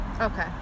Okay